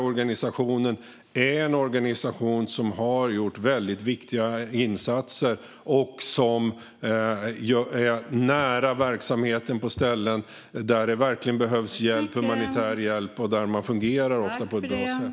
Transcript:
Islamic Relief är en organisation som har gjort väldigt viktiga insatser och är nära verksamheten på ställen där det verkligen behövs humanitär hjälp, och där fungerar man ofta på ett bra sätt.